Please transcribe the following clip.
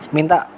Minta